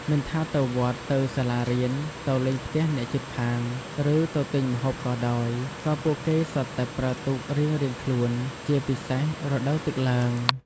មិនថាទៅវត្ត ទៅសាលារៀន ទៅលេងផ្ទះអ្នកជិតខាង ឬទៅទិញម្ហូបក៏ដោយ ក៏ពួកគេសុទ្ធតែប្រើទូករៀងៗខ្លួន ជាពិសេសរដូវទឹកឡើង។